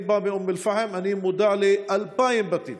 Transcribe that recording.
אני בא מאום אל-פחם, אני מודע ל-2,000 בתים,